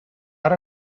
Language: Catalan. ara